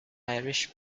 irish